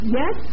yes